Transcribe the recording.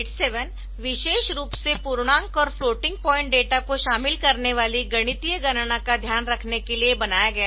8087 विशेष रूप से पूर्णांक और फ्लोटिंग पॉइंट डेटा को शामिल करने वाली गणितीय गणना का ध्यान रखने के लिए बनाया गया है